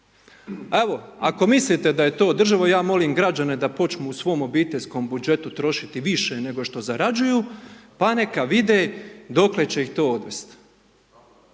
Evo, ako mislite da je to održivo, ja molim građane da počnu u svom obiteljskom budžetu trošiti više nego što zarađuju, pa neka vide, dokle će ih to odvesti.